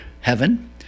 heaven